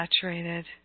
saturated